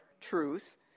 truth